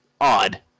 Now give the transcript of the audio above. odd